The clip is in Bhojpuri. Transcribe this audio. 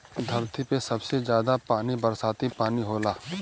धरती पे सबसे जादा पानी बरसाती पानी होला